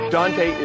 Dante